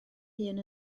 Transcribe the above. hun